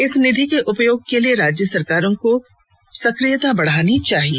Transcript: इस निधि के उपयोग के लिए राज्य सरकारों को सक्रियता बढ़ानी होगी